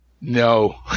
No